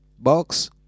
Box